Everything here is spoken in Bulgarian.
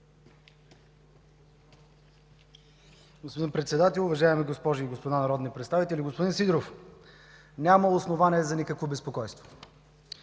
Господин Председател, уважаеми госпожи и господа народни представители! Господин Сидеров, няма основание за никакво безпокойство.